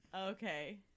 okay